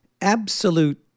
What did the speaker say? absolute